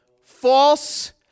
false